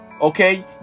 Okay